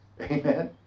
Amen